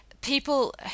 people